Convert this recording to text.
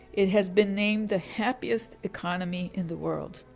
it has been named the happiest economy in the world.